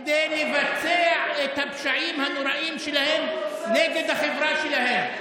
כדי לבצע את הפשעים הנוראיים שלהם נגד החברה שלהם.